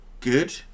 good